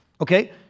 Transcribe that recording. Okay